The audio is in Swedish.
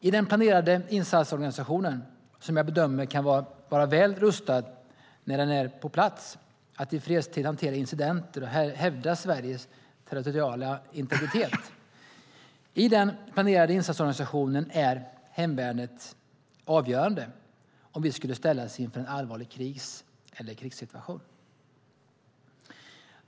I den planerade insatsorganisationen, som jag bedömer kan vara väl rustad när den är på plats att i fredstid hantera incidenter och hävda Sveriges territoriella integritet, är hemvärnet avgörande om vi skulle ställas inför en allvarlig kris eller krigssituation.